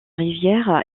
rivière